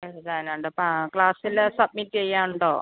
എഴുതാനുണ്ടപ്പോൾ ആ ക്ലാസ്സിൽ സബ്മിറ്റെ ചെയ്യാനുണ്ടോ